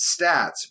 stats